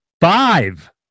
Five